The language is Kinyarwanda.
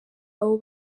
abo